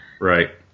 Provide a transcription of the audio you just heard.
Right